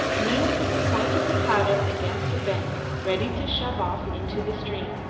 nina put the point of the paddle against the bank, ready to shove off into the stream.